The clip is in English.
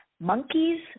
Monkeys